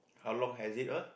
how long has it apa